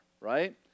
right